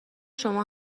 شما